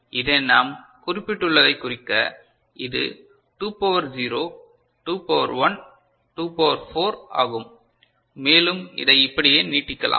எனவே இதை நாம் குறிப்பிட்டுள்ளதைக் குறிக்க இது 2 பவர் 0 2 பவர் 1 2 பவர் 4 ஆகும் மேலும் இதை இப்படியே நீட்டிக்கலாம்